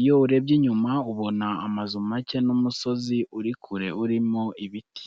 Iyo urebye inyuma, ubona amazu make n'umusozi uri kure, urimo ibiti.